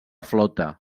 flota